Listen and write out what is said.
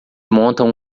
montam